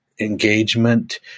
engagement